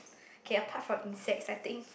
okay apart from insects I think